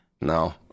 no